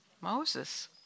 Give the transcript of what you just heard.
Moses